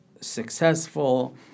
successful